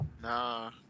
Nah